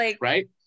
right